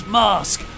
mask